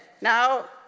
now